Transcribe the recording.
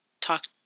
talk